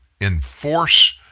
enforce